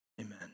Amen